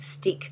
stick